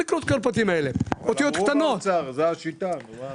זאת השיטה.